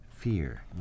Fear